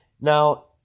now